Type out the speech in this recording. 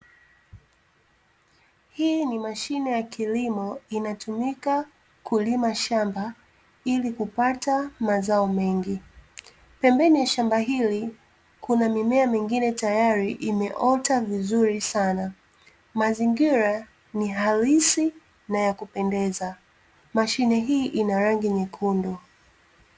Hii ni mashine ya kilimo, inatumika kulima shamba ili kupata mazao mengi. Pembeni ya shamba hili, kuna mimea mingine tayari imeota vizuri sana. Mazingira ni halisi na ya kupendeza. Mashine hii ina rangi nyekundu.